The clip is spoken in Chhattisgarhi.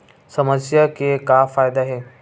समस्या के का फ़ायदा हे?